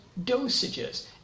dosages